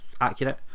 accurate